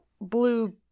Blue